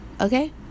Okay